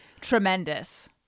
tremendous